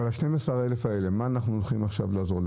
ה-12,000 האלה, מה אנחנו הולכים עכשיו לעזור?